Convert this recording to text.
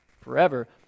forever